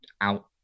out